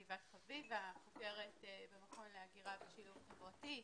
חביבה, חוקרת במכון להגירה ושילוב חברתי,